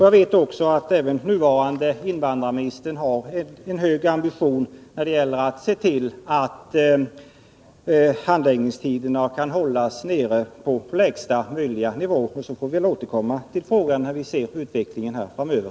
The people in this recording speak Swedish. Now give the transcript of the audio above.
Jag vet att också den nuvarande invandrarministern har en hög ambitionsnivå när det gäller att se till att handläggningstiderna kan hållas nere på lägsta möjliga nivå. Vi får återkomma till frågan när vi sett utvecklingen framöver.